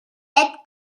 set